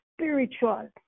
spiritual